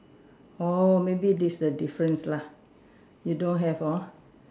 oh maybe this the difference lah you don't have hor